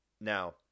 Now